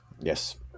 Yes